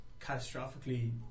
catastrophically